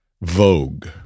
Vogue